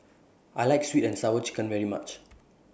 I like Sweet and Sour Chicken very much